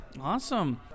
Awesome